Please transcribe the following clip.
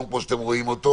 כמו שביקשת